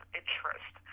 interest